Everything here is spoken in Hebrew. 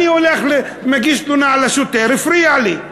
אני הולך, מגיש תלונה על השוטר: הפריע לי.